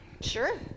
Sure